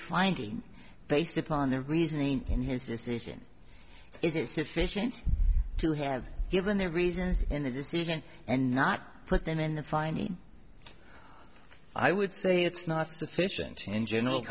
finding based upon the reasoning in his decision is it sufficient to have given their reasons in the decision and not put them in the final i would say it's not sufficient in general